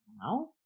now